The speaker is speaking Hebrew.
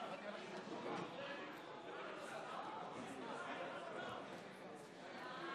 לתוצאות של הצעתו של חבר הכנסת מיקי מכלוף זוהר: בעד,